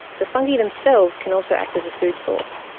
the fungi themselves can also act as a food source,